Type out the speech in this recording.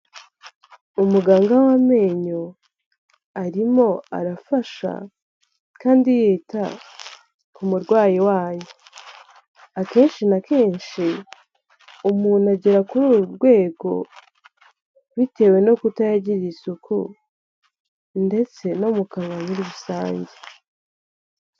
Umuganga w'amenyo arimo arafasha kandi yita ku murwayi wayo, akenshi na kenshi umuntu agera kuri uru rwego bitewe no kutayagirarira isuku ndetse no mu kanwa muri rusange.